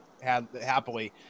happily